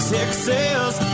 Texas